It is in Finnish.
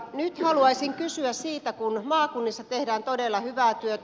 nyt haluaisin kysyä kun maakunnissa tehdään todella hyvää työtä